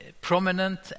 prominent